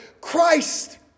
Christ